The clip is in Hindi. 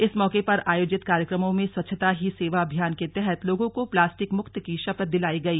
इस मौके पर आयोजित कार्यक्रमों में स्वच्छता ही सेवा अभियान के तहत लोगों को प्लास्टिक मुक्त की शपथ दिलायी गई